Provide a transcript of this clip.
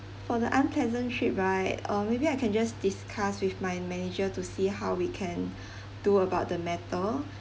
for the unpleasant trip right uh maybe I can just discuss with my manager to see how we can do about the matter